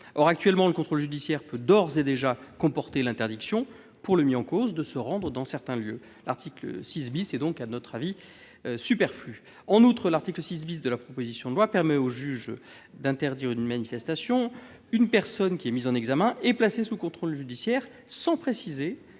en vigueur, le contrôle judiciaire peut d'ores et déjà comporter l'interdiction, pour la personne mise en cause, de se rendre dans certains lieux. Cette disposition est donc, selon nous, superflue. En outre, l'article 6 de la proposition de loi permet au juge d'interdire de manifestation une personne mise en examen et placée sous contrôle judiciaire, sans préciser